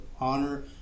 honor